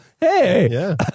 Hey